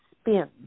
spin